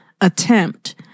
attempt